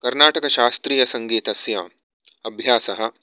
कर्णाटकशास्त्रीयसङ्गीतस्य अभ्यासः